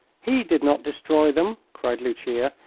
he did not destroy them, cried lucia.